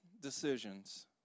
decisions